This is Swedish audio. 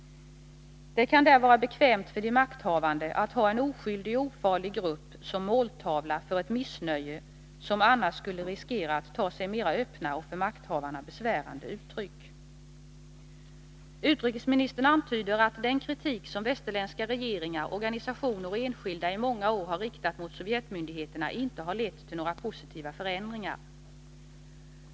Det kan där vara bekvämt för de makthavande att ha en oskyldig och ofarlig grupp som måltavla för ett missnöje som annars skulle riskera att ta sig mera öppna och för makthavarna besvärande uttryck. Utrikesministern antyder att den kritik som västerländska regeringar, organisationer och enskilda i många år har riktat mot Sovjetmyndigheterna inte har lett till några positiva förändringar.